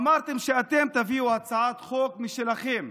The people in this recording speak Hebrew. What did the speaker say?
אמרתם שאתם תביאו הצעת חוק משלכם.